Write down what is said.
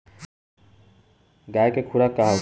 गाय के खुराक का होखे?